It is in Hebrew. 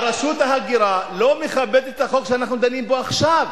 רשות ההגירה לא מכבדת את החוק שאנחנו דנים בו עכשיו.